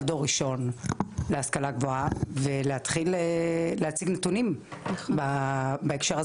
דור ראשון להשכלה גבוהה ולהתחיל להציג נתונים בהקשר,